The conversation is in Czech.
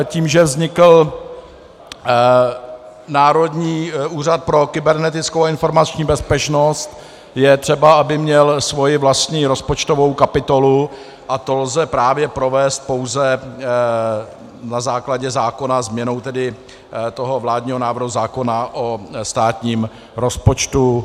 Tím, že vznikl Národní úřad pro kybernetickou a informační bezpečnost, je třeba, aby měl svoji vlastní rozpočtovou kapitolu, a to lze právě provést pouze na základě zákona změnou vládního návrhu zákona o státním rozpočtu.